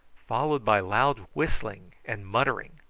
followed by loud whistling and muttering.